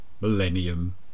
Millennium